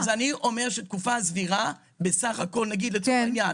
אני אומר שתקופה סבירה לצורך העניין